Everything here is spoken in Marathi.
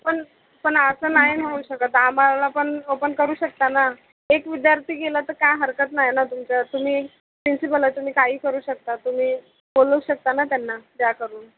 पण पण असं नाही होऊ शकत आम्हाला पण ओपन करू शकता ना एक विद्यार्थी गेला तर काही हरकत नाही ना तुमचं तुम्ही प्रिन्सिपल आहे तुम्ही काही करू शकता तुम्ही बोलू शकता ना त्यांना द्या करून